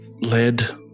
led